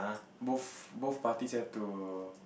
both both parties have to